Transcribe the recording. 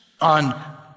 on